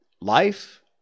Life